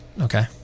Okay